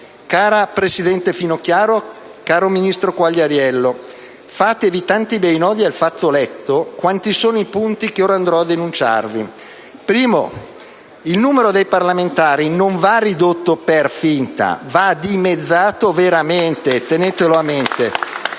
Cara presidente Finocchiaro, caro ministro Quagliariello, fatevi tanti bei nodi al fazzoletto quanti sono i punti che ora andrò ad enunciarvi. Primo: il numero dei parlamentari non va ridotto per finta, va dimezzato veramente, tenetelo a mente.